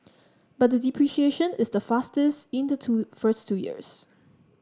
but the depreciation is the fastest in the two first two years